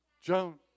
Joan